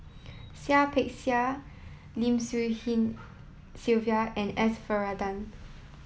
Seah Peck Seah Lim Swee Lian Sylvia and S Varathan